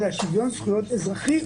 זה שוויון זכויות אזרחי,